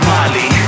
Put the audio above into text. Molly